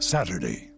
Saturday